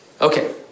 Okay